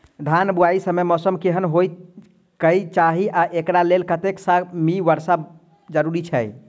धान बुआई समय मौसम केहन होइ केँ चाहि आ एकरा लेल कतेक सँ मी वर्षा जरूरी छै?